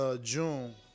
June